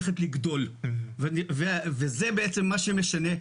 וזה מה שמשנה.